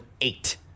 eight